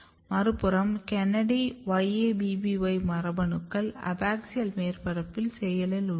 மறுபுறம் KANADI YABBY மரபணுக்கள் அபாக்சியல் மேற்பரப்பில் செயலில் உள்ளன